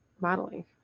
modeling